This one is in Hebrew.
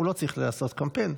הוא לא צריך לעשות קמפיין.